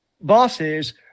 bosses